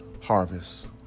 harvest